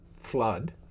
flood